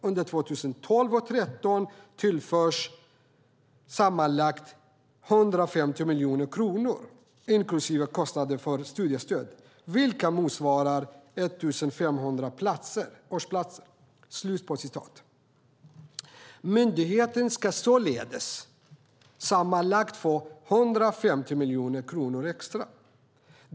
Under 2012 och 2013 tillförs sammanlagt 150 miljoner kronor inklusive kostnader för studiestöd, vilket motsvarar 1 500 årsplatser. Myndigheten ska således sammanlagt få 150 miljoner kronor extra.